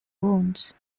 wounds